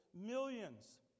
millions